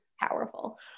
powerful